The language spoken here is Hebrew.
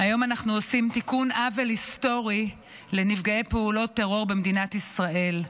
היום אנחנו עושים תיקון עוול היסטורי לנפגעי פעולות טרור במדינת ישראל.